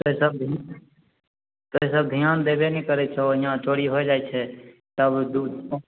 से सब से सब धिआन देबे नहि करै छहो इहाँ चोरी होइ जाइत छै तब दू गो